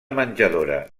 menjadora